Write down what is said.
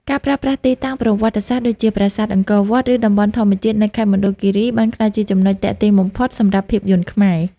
ការប្រើប្រាស់ទីតាំងប្រវត្តិសាស្ត្រដូចជាប្រាសាទអង្គរវត្ត ឬតំបន់ធម្មជាតិនៅខេត្តមណ្ឌលគិរី បានក្លាយជាចំណុចទាក់ទាញបំផុតសម្រាប់ភាពយន្តខ្មែរ។